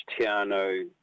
Tiano